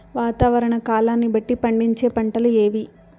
వాతావరణ కాలాన్ని బట్టి పండించే పంటలు ఏవి?